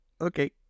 Okay